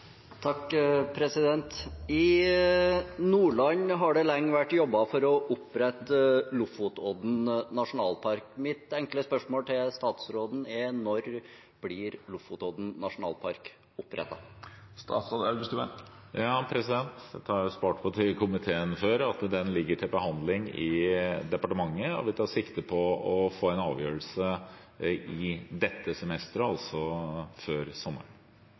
I Nordland har det lenge vært jobbet for å opprette Lofotodden nasjonalpark. Mitt enkle spørsmål til statsråden er: Når blir Lofotodden nasjonalpark opprettet? Dette har jeg svart komiteen på før. Den ligger til behandling i departementet, og vi tar sikte på å få en avgjørelse dette semesteret, altså før sommeren.